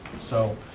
so